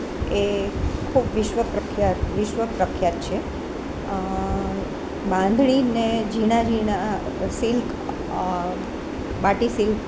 એ ખૂબ વિશ્વ પ્રખ્યાત વિશ્વ પ્રખ્યાત છે બાંધણીને ઝીણા ઝીણા સિલ્ક માટી સિલ્ક